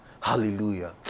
Hallelujah